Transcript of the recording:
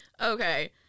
Okay